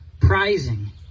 prizing